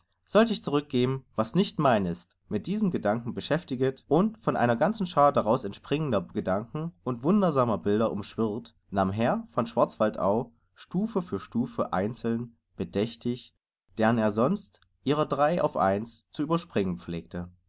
sollt ich zurückgeben was nicht mein ist mit diesem gedanken beschäftiget und von einer ganzen schaar daraus entspringender gedanken und wundersamer bilder umschwirrt nahm herr von schwarzwaldau stufe für stufe einzeln bedächtig deren er sonst ihrer drei auf eins zu überspringen pflegte